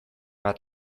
bat